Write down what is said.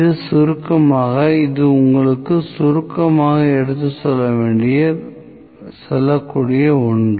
இது சுருக்கமாக இது உங்களுக்காக சுருக்கமாக எடுத்துச் செல்லக்கூடிய ஒன்று